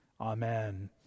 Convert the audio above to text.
Amen